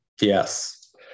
Yes